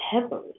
heavily